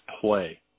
play